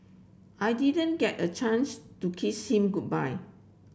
I didn't get a chance to kiss him goodbye